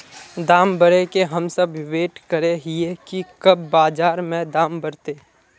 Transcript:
दाम बढ़े के हम सब वैट करे हिये की कब बाजार में दाम बढ़ते?